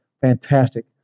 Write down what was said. fantastic